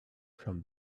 from